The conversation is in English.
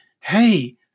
hey